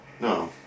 No